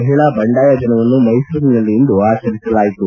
ಮಹಿಳಾ ಬಂಡಾಯ ದಿನವನ್ನು ಮೈಸೂರಿನಲ್ಲಿ ಇಂದು ಆಚರಿಸಲಾಯಿತು